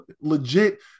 legit